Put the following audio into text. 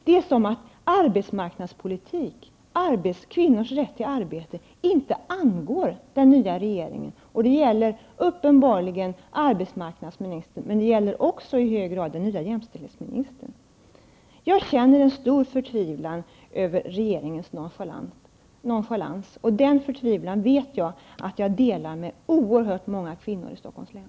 Det är som om kvinnors rätt till arbete inte angick den nya regeringen. Det gäller uppenbarligen arbetsmarknadsministern, men det gäller också i hög grad den nya jämställdhetsministern. Jag känner stor förtvivlan över regeringens nonchalans, och denna förtvivlan vet jag att jag delar med oerhört många kvinnor i Stockholms län.